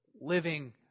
living